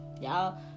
Y'all